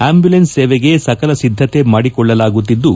ambulance ಸೇವೆಗೆ ಸಕಲ ಸಿದ್ದತೆ ಮಾಡಿಕೊಳ್ಳಲಾಗುತ್ತಿದ್ದು